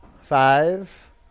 five